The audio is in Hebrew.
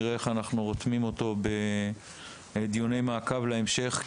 אנחנו נראה איך אנחנו רותמים אותו לדיוני המעקב בהמשך.